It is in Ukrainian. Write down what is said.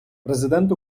президент